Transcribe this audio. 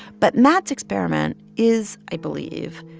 but matt's experiment is, i believe,